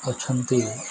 ଅଛନ୍ତି